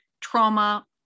trauma